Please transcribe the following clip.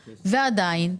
ועדיין,